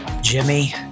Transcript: Jimmy